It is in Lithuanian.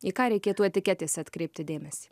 į ką reikėtų etiketėse atkreipti dėmesį